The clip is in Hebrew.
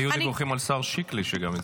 היו דיווחים שגם השר שיקלי הצביע נגד.